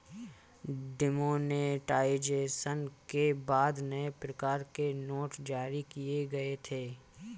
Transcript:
demonetisation के बाद नए प्रकार के नोट जारी किए गए थे